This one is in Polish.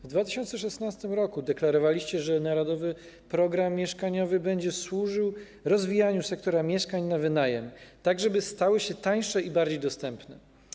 W 2016 r. deklarowaliście, że Narodowy Program Mieszkaniowy będzie służył rozwijaniu sektora mieszkań na wynajem, tak żeby stały się tańsze i bardziej dostępne.